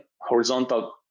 horizontal